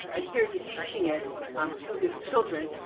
and here he's teaching it um to his children.